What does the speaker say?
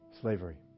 slavery